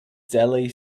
deli